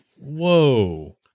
whoa